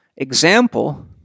Example